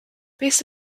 based